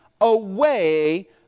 away